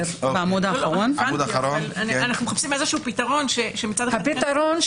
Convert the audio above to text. אנחנו מחפשים פה איזשהו פתרון שמצד אחד --- הפתרון הוא